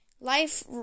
Life